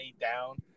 down